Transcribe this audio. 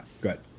Good